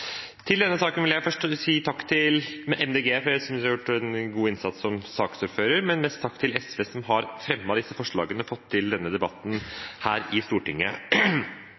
Til denne saken vil jeg først si takk til Miljøpartiet De Grønne, for jeg synes representanten har gjort en god innsats som saksordfører. Men mest takk til SV, som har fremmet disse forslagene, og fått til denne debatten her i Stortinget.